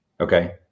Okay